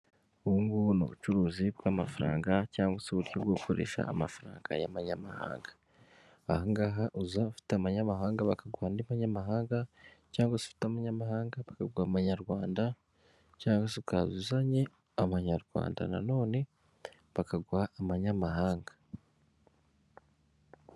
Ubu ngubu ni ubucuruzi bw'amafaranga cyangwa se uburyo bwo gukoresha amafaranga y'amanyamahanga, aha ngaha uza ufite amanyamahanga bakaguha andi manyamahanga cyangwa se ufite amanyamahanga bakaguha amanyarwanda cyangwa se ukaza uzanye abanyarwanda na none bakaguha amanyamahanga.